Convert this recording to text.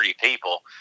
people